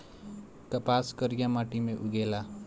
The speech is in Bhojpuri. कपास करिया माटी मे उगेला